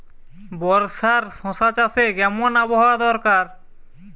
বর্ষার শশা চাষে কেমন আবহাওয়া দরকার?